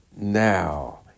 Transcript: Now